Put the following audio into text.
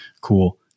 cool